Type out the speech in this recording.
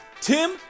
Tim